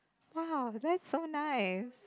!wow! that's so nice